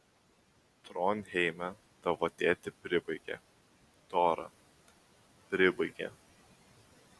tronheime tavo tėtį pribaigė tora pribaigė